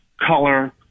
color